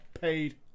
paid